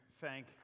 thank